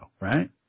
Right